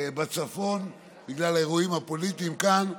בגלל האירועים הפוליטיים כאן.